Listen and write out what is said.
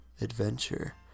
adventure